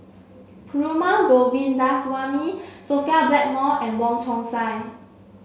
Perumal Govindaswamy Sophia Blackmore and Wong Chong Sai